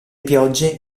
piogge